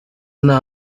nta